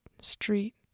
Street